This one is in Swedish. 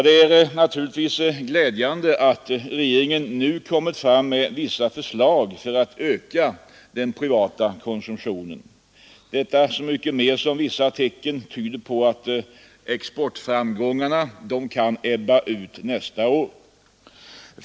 Det är naturligtvis glädjande att regeringen nu kommit fram med vissa förslag för att öka den privata konsumtionen — detta så mycket mera som vissa tecken tyder på att exportframgångarna kan ebba ut nästa år.